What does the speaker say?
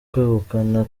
kwegukana